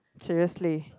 seriously